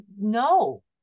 no